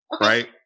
right